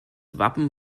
wappen